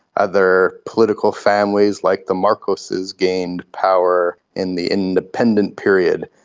other political families like the marcoses gained power in the independent period.